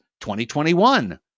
2021